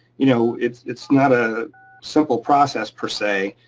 you know it's it's not a simple process per se,